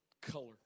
color